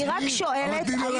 אני רק שואלת --- רגע יסמין,